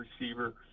receiver